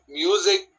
music